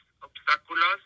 obstáculos